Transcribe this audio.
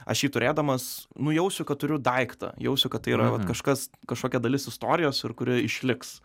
aš jį turėdamas nu jausiu kad turiu daiktą jausiu kad tai yra vat kažkas kažkokia dalis istorijos ir kuri išliks